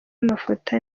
y’amafoto